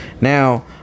Now